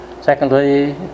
Secondly